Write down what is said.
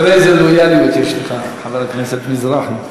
תראה איזה לויאליות יש אליך, חבר הכנסת מזרחי.